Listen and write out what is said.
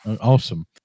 awesome